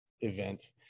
event